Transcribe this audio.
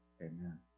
Amen